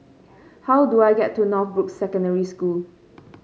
how do I get to Northbrooks Secondary School